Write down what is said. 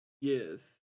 Yes